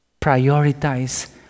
prioritize